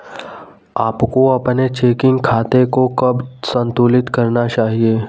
आपको अपने चेकिंग खाते को कब संतुलित करना चाहिए?